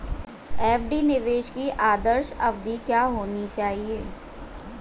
FD निवेश की आदर्श अवधि क्या होनी चाहिए?